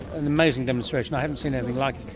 an amazing demonstration, i haven't seen anything like